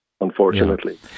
Unfortunately